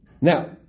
Now